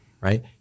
right